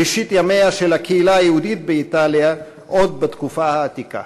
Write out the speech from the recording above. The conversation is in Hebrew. ראשית ימיה של הקהילה היהודית באיטליה עוד בתקופה העתיקה.